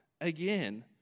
again